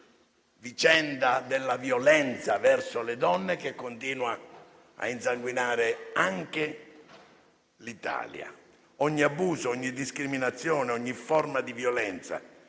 vicenda della violenza verso le donne, che continua a insanguinare anche l'Italia. Ogni abuso, ogni discriminazione, ogni forma di violenza